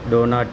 donut